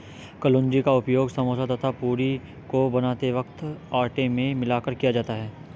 कलौंजी का उपयोग समोसा तथा पूरी को बनाते वक्त आटे में मिलाकर किया जाता है